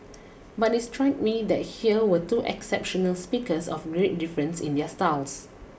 but it struck me that here were two exceptional speakers of great difference in their styles